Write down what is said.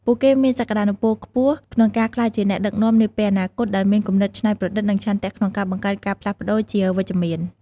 ពួកគេមានសក្ដានុពលខ្ពស់ក្នុងការក្លាយជាអ្នកដឹកនាំនាពេលអនាគតដោយមានគំនិតច្នៃប្រឌិតនិងឆន្ទៈក្នុងការបង្កើតការផ្លាស់ប្ដូរជាវិជ្ជមាន។